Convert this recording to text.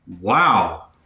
wow